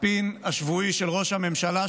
הספין השבועי של ראש הממשלה,